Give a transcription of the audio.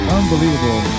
unbelievable